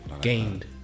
gained